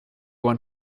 want